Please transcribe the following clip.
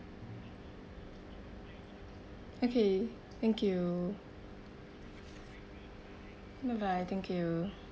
okay thank you bye bye thank you